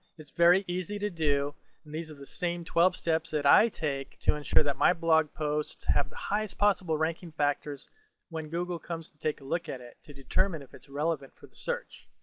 it's very easy to do. and these are the same twelve steps that i take to ensure that my blog posts have the highest possible ranking factors when google comes to take a look at it to determine if it's relevant for the search.